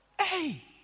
Hey